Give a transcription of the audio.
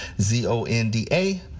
Z-O-N-D-A